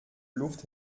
luft